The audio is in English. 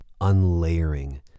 unlayering